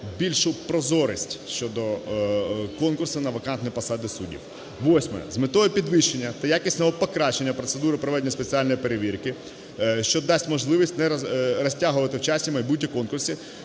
більшу прозорість щодо конкурсу на вакантні посади суддів. Восьме. З метою підвищення та якісного покращення процедури проведення спеціальної перевірки, що дасть можливість не розтягувати в часі майбутні конкурси,